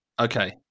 Okay